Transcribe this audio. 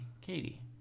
katie